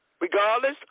Regardless